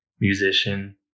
musician